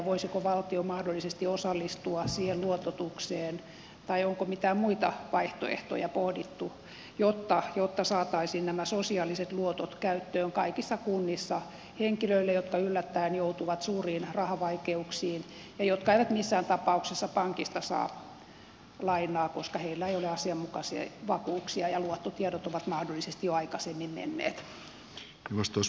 voisiko valtio mahdollisesti osallistua siihen luototukseen tai onko mitään muita vaihtoehtoja pohdittu jotta saataisiin nämä sosiaaliset luotot käyttöön kaikissa kunnissa henkilöille jotka yllättäen joutuvat suuriin rahavaikeuksiin ja jotka eivät missään tapauksessa pankista saa lainaa koska heillä ei ole asianmukaisia vakuuksia ja luottotiedot ovat mahdollisesti jo aikaisemmin menneet